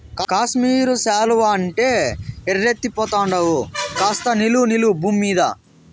కాశ్మీరు శాలువా అంటే ఎర్రెత్తి పోతండావు కాస్త నిలు నిలు బూమ్మీద